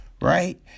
right